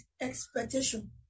expectation